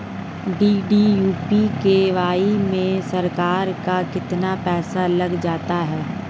DDU GKY में सरकार का कितना पैसा लग जाता है?